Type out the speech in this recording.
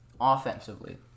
offensively